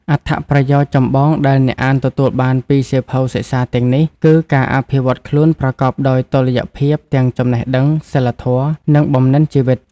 អត្ថប្រយោជន៍ចម្បងដែលអ្នកអានទទួលបានពីសៀវភៅសិក្សាទាំងនេះ គឺការអភិវឌ្ឍខ្លួនប្រកបដោយតុល្យភាពទាំងចំណេះដឹង សីលធម៌ និង បំណិនជីវិត។